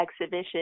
exhibition